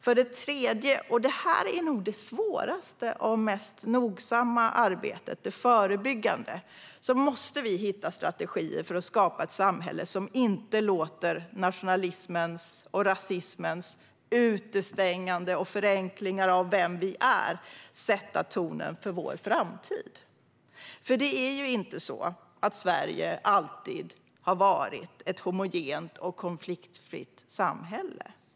För det tredje - det här är nog det svåraste och mest nogsamma arbetet, det förebyggande - måste vi hitta strategier för att skapa ett samhälle som inte låter nationalismens och rasismens utestängande och förenklingar av vem vi är sätta tonen för vår framtid. Sverige har inte alltid varit ett homogent och konfliktfritt samhälle.